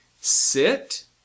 Sit